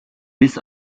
bis